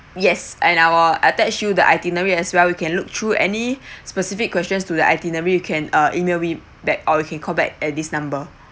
yes and I'll attach you the itinerary as well you can look through any specific questions to the itinerary you can uh E-mail me back or you can call back at this number